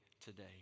today